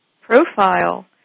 profile